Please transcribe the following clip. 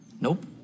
Nope